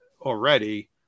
already